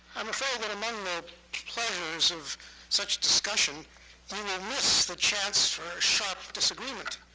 i'm afraid that among the pleasures of such discussion and we miss the chance for sharp disagreement,